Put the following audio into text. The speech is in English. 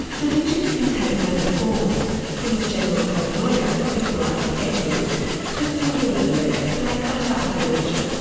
delusions can take many forms from a general paranoia that people are out to get you to a singular belief like cotard delusion,